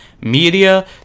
Media